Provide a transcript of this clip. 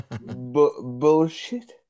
Bullshit